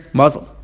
muzzle